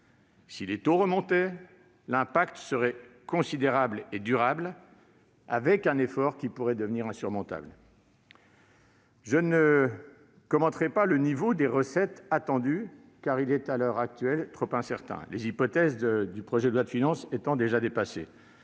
Si les taux remontaient, l'impact serait considérable et durable, et l'effort pourrait devenir insurmontable. Je ne commenterai pas le niveau attendu des recettes, car il est, à l'heure actuelle, trop incertain, les hypothèses du projet de loi de finances étant déjà dépassées.